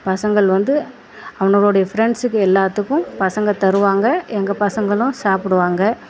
பசங்கள் வந்து அவனுங்களுடைய ஃப்ரெண்ட்ஸ்க்கு எல்லாத்துக்கும் பசங்க தருவாங்க எங்கள் பசங்களும் சாப்பிடுவாங்க